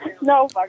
no